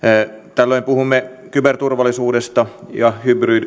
tällöin puhumme kyberturvallisuudesta ja